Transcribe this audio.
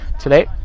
today